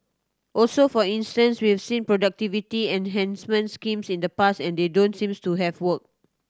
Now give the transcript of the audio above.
also for instance we've seen productivity enhancement schemes in the past and they don't seem to have worked